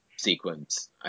sequence